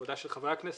עבודה של חברי הכנסת,